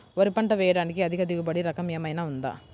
వరి పంట వేయటానికి అధిక దిగుబడి రకం ఏమయినా ఉందా?